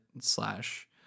slash